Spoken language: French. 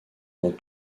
dans